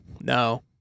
No